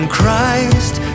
Christ